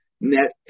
net